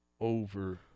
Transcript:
over